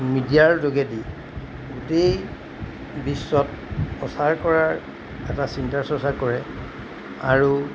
মিডিয়াৰ যোগেদি গোটেই বিশ্বত প্ৰচাৰ কৰাৰ এটা চিন্তা চৰ্চা কৰে আৰু